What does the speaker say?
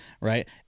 right